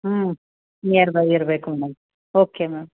ಹ್ಞೂ ನಿಯರ್ಬೈ ಇರಬೇಕು madam okay ma'am